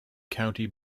county